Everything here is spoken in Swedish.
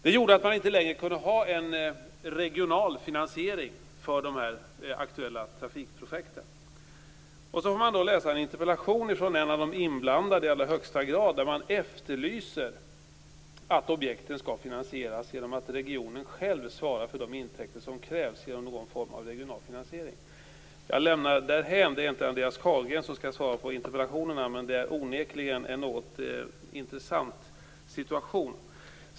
Det gjorde att man inte längre kunde ha en regional finansiering för de aktuella trafikprojekten. Sedan kan man läsa en interpellation från en av de inblandade som efterlyser att objekten skall finansieras genom att regionen själv svarar för de intäkter som krävs genom någon form av regional finansiering. Jag lämnar detta därhän. Det är inte Andreas Carlgren som skall svara på interpellationen. Men det är onekligen en intressant situation.